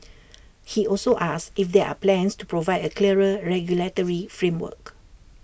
he also asked if there are plans to provide A clearer regulatory framework